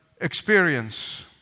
experience